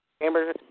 Amber